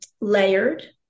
layered